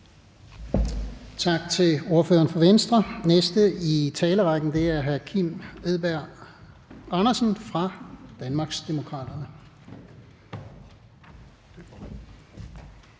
Tak til ordføreren for Venstre. Den næste i talerrækken er hr. Kim Edberg Andersen fra Danmarksdemokraterne.